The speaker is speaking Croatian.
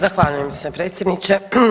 Zahvaljujem se predsjedniče.